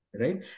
right